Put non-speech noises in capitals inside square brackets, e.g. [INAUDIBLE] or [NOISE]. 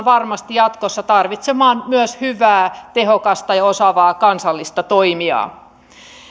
[UNINTELLIGIBLE] varmasti jatkossa tarvitsemaan myös hyvää tehokasta ja osaavaa kansallista toimijaa